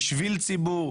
בשביל ציבור,